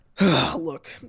look